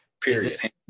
Period